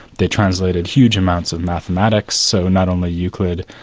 they translated huge amounts of mathematics, so not only euclid,